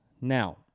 Now